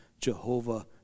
Jehovah